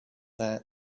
that